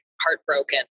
heartbroken